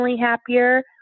happier